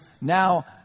now